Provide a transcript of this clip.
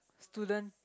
students